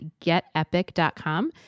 getepic.com